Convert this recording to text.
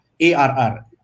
arr